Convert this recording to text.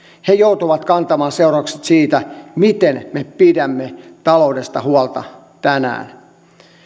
he joutuvat kantamaan seuraukset siitä miten me pidämme taloudesta huolta tänään